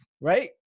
right